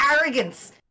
arrogance